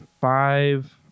five